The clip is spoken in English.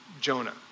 Jonah